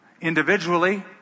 individually